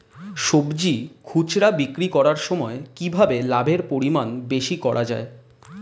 সবজি খুচরা বিক্রি করার সময় কিভাবে লাভের পরিমাণ বেশি করা যায়?